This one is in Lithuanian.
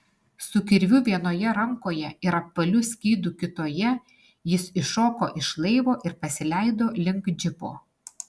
su kirviu vienoje rankoje ir apvaliu skydu kitoje jis iššoko iš laivo ir pasileido link džipo